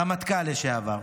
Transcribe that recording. רמטכ"ל לשעבר,